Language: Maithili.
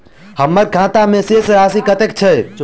हम्मर खाता मे शेष राशि कतेक छैय?